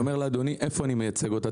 אני אומר לאדוני איפה אני מייצג אותה,